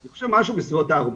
אני חושב משהו בסביבות ארבעה,